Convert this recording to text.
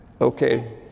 Okay